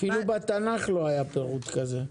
אפילו בתנ"ך לא היה פירוט כזה.